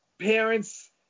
parents